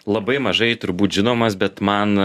labai mažai turbūt žinomas bet man